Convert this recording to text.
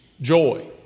joy